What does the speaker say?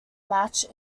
match